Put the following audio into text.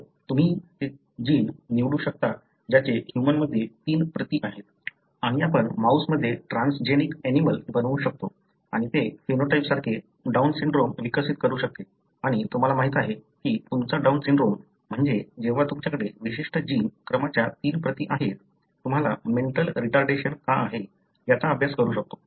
तर तुम्ही ते जीन निवडू शकता ज्याचे ह्यूमन मध्ये तीन प्रती आहेत आणि आपण उंदरामध्ये ट्रान्सजेनिकऍनिमलं बनवू शकतो आणि ते फिनोटाइप सारखे डाउन सिंड्रोम विकसित करू शकते आणि तुम्हाला माहित आहे की तुमचा डाऊन सिंड्रोम म्हणजे जेव्हा तुमच्याकडे विशिष्ट जीन क्रमाच्या तीन प्रती आहेत तुम्हाला मेंटल रिटार्डेशन का आहे याचा अभ्यास करू शकता